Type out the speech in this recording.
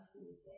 music